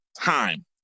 time